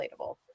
relatable